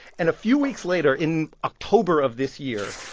and a few weeks later, in october of this year,